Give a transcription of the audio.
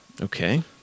Okay